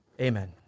Amen